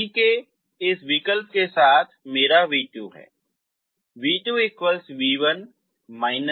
तो c के इस विकल्प के साथ मेरा v2 है